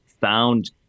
found